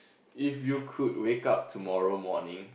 if you could wake up tomorrow morning